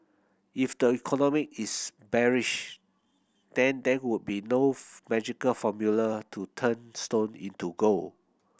if the economy is bearish then there would be no magical formula to turn stone into gold